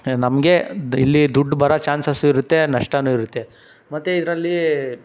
ನಮಗೆ ಇಲ್ಲಿ ದುಡ್ಡು ಬರೋ ಚಾನ್ಸಸ್ಸು ಇರುತ್ತೆ ನಷ್ಟವೂ ಇರುತ್ತೆ ಮತ್ತು ಇದರಲ್ಲಿ